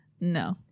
no